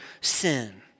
sin